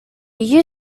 you